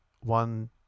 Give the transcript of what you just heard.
one